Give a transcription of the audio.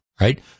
right